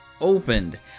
opened